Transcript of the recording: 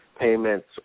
payments